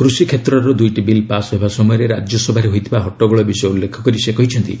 କୃଷି କ୍ଷେତ୍ରର ଦୁଇଟି ବିଲ୍ ପାସ୍ ହେବା ସମୟରେ ରାଜ୍ୟସଭାରେ ହୋଇଥିବା ହଟ୍ଟଗୋଳ ବିଷୟ ଉଲ୍ଲେଖ କରି ସେ କହିଛନ୍ତି